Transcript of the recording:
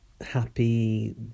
happy